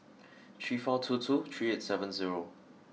three four two two three eight seven zero